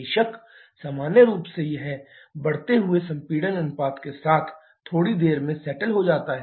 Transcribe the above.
बेशक सामान्य रूप यह बढ़ते हुए संपीड़न अनुपात के साथ थोड़ी देर में सेटल हो जाता है